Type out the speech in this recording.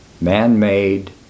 man-made